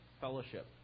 fellowship